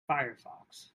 firefox